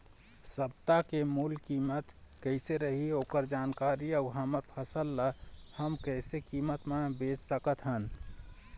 सप्ता के मूल्य कीमत कैसे रही ओकर जानकारी अऊ हमर फसल ला हम कैसे कीमत मा बेच सकत हन?